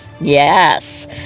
Yes